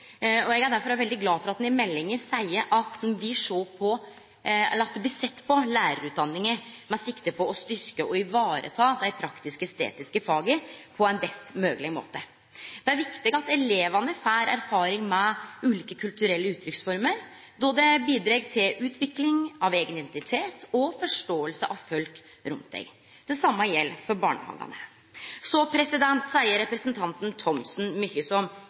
og enorme tilleggsverdi. Eg er derfor òg veldig glad for at det i meldinga blir sett på lærarutdanninga med sikte på å styrkje og vareta dei praktisk-estetiske faga på ein best mogleg måte. Det er viktig at elevane får erfaring med ulike kulturelle uttrykksformer, då dette bidreg til utvikling av eigen identitet og til det å forstå folk rundt deg. Det same gjeld for barnehagane. Så seier representanten Thomsen mykje som